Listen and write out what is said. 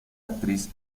actriz